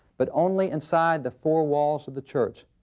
but only inside the four walls of the church.